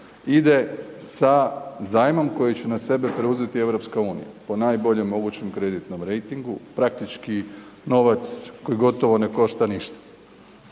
ide sa zajmom koji će na sebe preuzeti EU po najboljem mogućem kreditnom rejtingu, praktički novac koji gotovo ne košta ništa